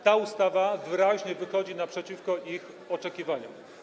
Ta ustawa wyraźnie wychodzi naprzeciw ich oczekiwaniom.